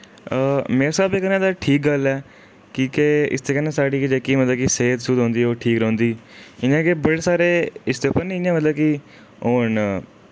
मेरे स्हाबे कन्नै ते ठीक गल्ल ऐ की जे इसदे कन्नै साढ़ी जेह्की मतलब कि सेह्त सुह्त होंदी ओह् ठीक रौंह्दी इ'यां कि बड़े सारे इसदे उप्पर ना इ'यां कि ओह् न